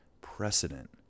precedent